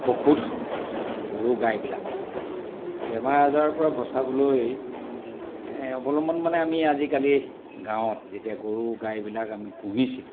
পশুধন গৰু গাইবিলাক বেমাৰ আজাৰৰ পৰা বচাবলৈ অৱলম্বন মানে আমি আজিকালি গাঁৱত যেতিয়া গৰু গাইবিলাক আমি পুহিছিলোঁ